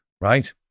right